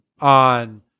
on